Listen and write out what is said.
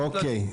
אוקיי.